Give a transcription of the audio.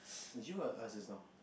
you are ask just now